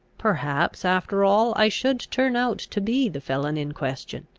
perhaps, after all, i should turn out to be the felon in question.